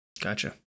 Gotcha